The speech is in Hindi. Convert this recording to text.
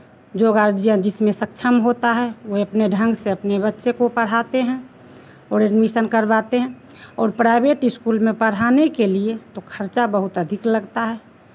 जो गार्जियन जिसमें सक्षम होता है वही अपने ढंग से अपने बच्चे को पढ़ाते हैं और एडमिशन करवाते हैं और प्राइवेट स्कूल में पढ़ाने के लिए तो खर्चा बहुत अधिक लगता है